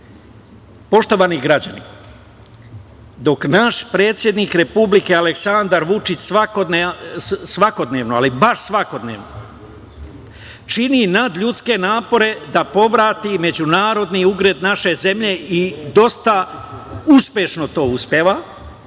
poštovani građani, dok naš predsednik Republike Aleksandar Vučić svakodnevno, ali baš svakodnevno čini nadljudske napore da povrati međunarodni ugled naše zemlje i dosta uspešno to uspeva,